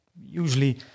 usually